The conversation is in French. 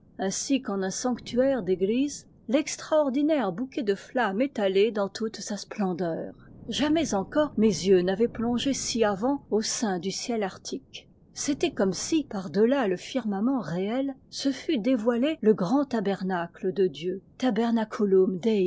ainsi qu'en un sanctuaire d'église l'extraordinaire bouquet de flamme étalé dans toute sa splendeur jamais encore mes yeux n'avaient plongé si avant au sein du ciel arctique c'était comme si par delà le firmament réel se fût dévoilé le grand tabernacle de dieu